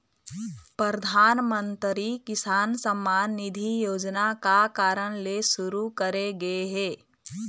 परधानमंतरी किसान सम्मान निधि योजना का कारन ले सुरू करे गे हे?